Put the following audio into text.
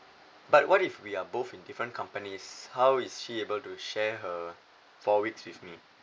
but what if we are both in different companies how is she able to share her four weeks with me